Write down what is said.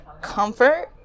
comfort